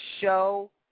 show